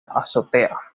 azotea